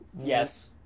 Yes